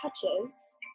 touches